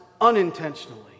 unintentionally